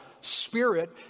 spirit